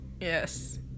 Yes